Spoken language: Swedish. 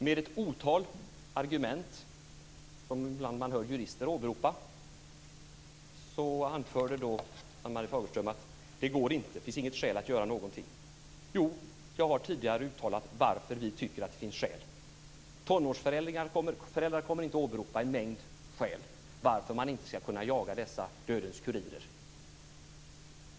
Med ett otal argument som man ibland hör jurister åberopa anförde Ann-Marie Fagerström att det inte går och att det inte finns skäl att göra någonting. Jag har tidigare uttalat varför vi tycker att det finns skäl. Tonårsföräldrar kommer inte att åberopa en mängd skäl till att man inte skall kunna jaga dessa dödens kurirer.